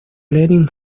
lenin